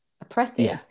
oppressive